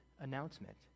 announcement